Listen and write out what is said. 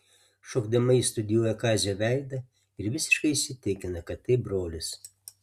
šokdama ji studijuoja kazio veidą ir visiškai įsitikina kad tai brolis